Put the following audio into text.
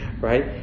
right